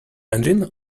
engine